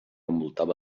envoltava